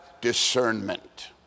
discernment